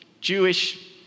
Jewish